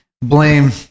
blame